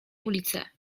ulice